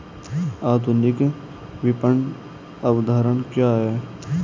आधुनिक विपणन अवधारणा क्या है?